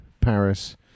paris